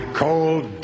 cold